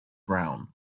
brown